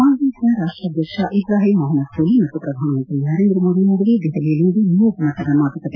ಮಾಲ್ಡೀವ್ಸ್ನ ರಾಷ್ವಾಧ್ಯಕ್ಷ ಇಬ್ರಾಹಿಂ ಮೊಹಮ್ಮದ್ ಸೋಲಿ ಮತ್ತು ಪ್ರಧಾನಮಂತ್ರಿ ನರೇಂದ್ರ ಮೋದಿ ನಡುವೆ ದೆಹಲಿಯಲ್ಲಿಂದು ನಿಯೋಗಮಟ್ಪದ ಮಾತುಕತೆ